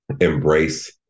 embrace